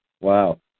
wow